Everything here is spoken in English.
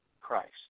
Christ